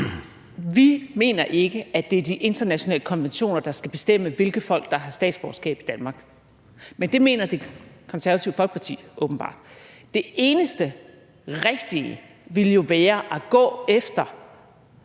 Vi mener ikke, at det er de internationale konventioner, der skal bestemme, hvilke folk der har statsborgerskab i Danmark, men det mener Det Konservative Folkeparti åbenbart. Det eneste rigtige ville jo være at gå efter